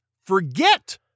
forget